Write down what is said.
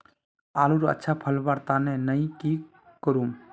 आलूर अच्छा फलवार तने नई की करूम?